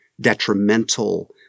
detrimental